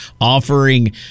offering